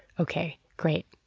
ok, great,